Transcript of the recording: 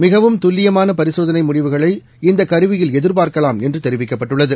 மிகவும் துல்லியமான பரிசோதனை முடிவுகளை இந்த கருவியில் எதிபார்க்கலாம் என்று தெரிவிக்கப்பட்டுள்ளது